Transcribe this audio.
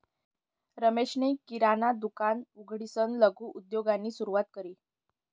रमेशनी किराणा दुकान उघडीसन लघु उद्योगनी सुरुवात करी